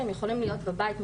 שהם יכולים להיות בבית,